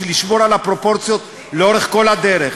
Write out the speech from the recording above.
בשביל לשמור על הפרופורציות לאורך כל הדרך.